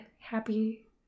happy